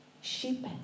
Sheep